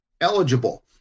eligible